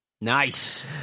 Nice